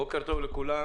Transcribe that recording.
בוקר טוב לכולם,